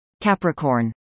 Capricorn